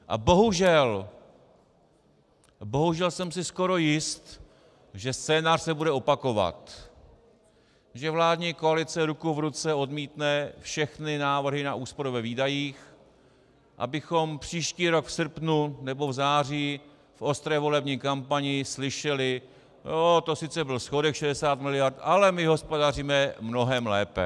A bohužel jsem si skoro jist, že scénář se bude opakovat, že vládní koalice ruku v ruce odmítne všechny návrhy na úspory ve výdajích, abychom příští rok v srpnu nebo v září v ostré volební kampani slyšeli: To sice byl schodek 60 miliard, ale my hospodaříme mnohem lépe.